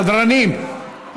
סדרנים,